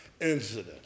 incident